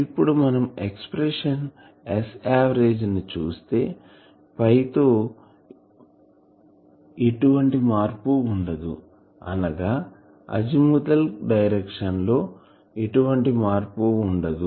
ఇప్పుడు మనం ఎక్సప్రెషన్ Sఆవరేజ్ చుస్తే పై తో ఎటువంటి మార్పు ఉండదు అనగా అజిముథాల్ డైరెక్షన్ లో ఎటువంటి మార్పు ఉండదు